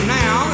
now